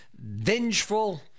vengeful